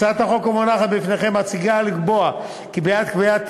הצעת החוק המונחת לפניכם מציעה לקבוע כי בעת קביעת